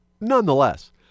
nonetheless